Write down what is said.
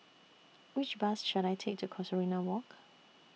Which Bus should I Take to Casuarina Walk